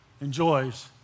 enjoys